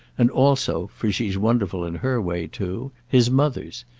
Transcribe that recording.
and also for she's wonderful in her way too his mother's.